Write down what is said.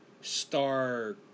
star